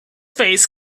face